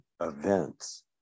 Events